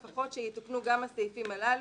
לפחות שיתוקנו גם הסעיפים הללו.